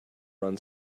run